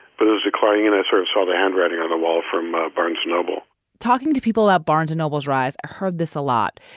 but clients sort of saw the handwriting on the wall from ah barnes noble talking to people at barnes noble's rise i heard this a lot.